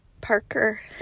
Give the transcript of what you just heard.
Parker